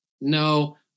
no